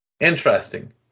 Interesting